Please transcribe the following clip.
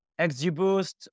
XGBoost